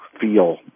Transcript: feel